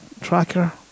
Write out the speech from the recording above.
Tracker